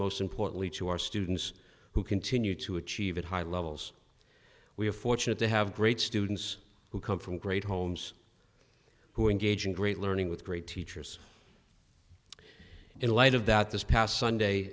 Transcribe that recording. most importantly to our students who continue to achieve at high levels we are fortunate to have great students who come from great homes who engage in great learning with great teachers in light of that this past sunday